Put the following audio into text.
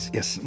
Yes